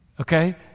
Okay